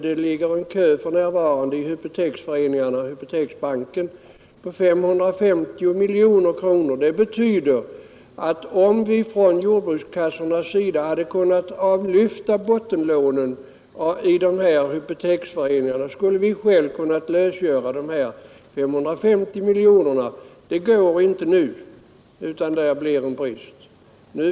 Det jag här anförde — att det för närvarande ligger en kö i hypoteksföreningarna och Hypoteksbanken på 550 miljoner kronor — betyder att vi, om vi från jordbrukskassornas sida hade kunnat avlyfta bottenlånen, själva skulle ha kunnat lösgöra mera lånemedel till övriga krediter. Det går inte nu.